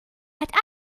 hat